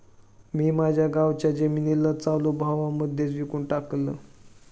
मी माझ्या गावाच्या जमिनीला चालू भावा मध्येच विकून टाकलं